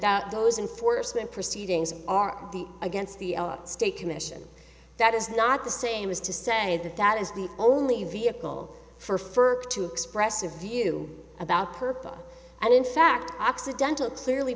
that those in force when proceedings are the against the state commission that is not the same as to say that that is the only vehicle for fur to express a view about purpose and in fact accidental clearly